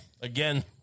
again